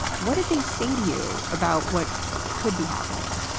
what did they say to you about what could be happening?